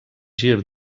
gir